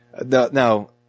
Now